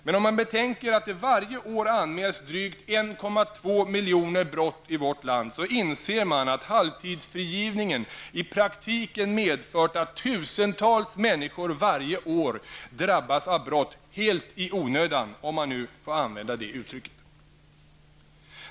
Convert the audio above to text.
Men om man betänker att det varje år anmäls drygt 1,2 miljoner brott i vårt land inser man att halvtidsfrigivningen i praktiken medfört att tusentals människor varje år drabbas av brott helt ''i onödan'' -- om man nu kan använda det uttrycket.